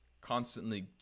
constantly